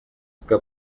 que